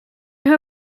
her